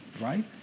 right